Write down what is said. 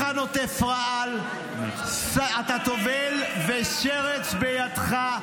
שר טובל ושרץ בידך.